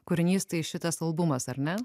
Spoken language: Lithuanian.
kūrinys tai šitas albumas ar ne